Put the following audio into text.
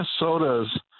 Minnesota's